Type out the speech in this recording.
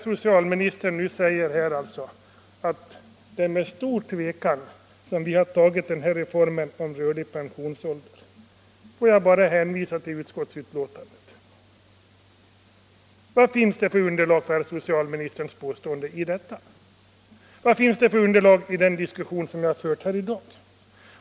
Socialministern påstår att det är med stor tvekan som vi har accepterat reformen om rörlig pensionsålder. Får jag bara hänvisa till utskottsbetänkandet! Vad finns det för underlag i det betänkandet för socialministerns påstående? Vad finns det för underlag i den diskussion som vi har fört här i dag?